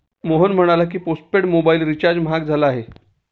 मोहन म्हणाला की, postpaid mobile recharge महाग झाला आहे